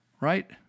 right